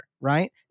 right